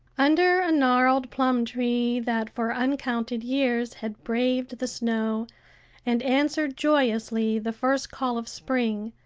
under a gnarled plum-tree, that for uncounted years had braved the snow and answered joyously the first call of spring,